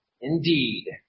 Indeed